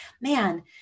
man